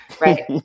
Right